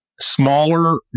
Smaller